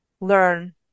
learn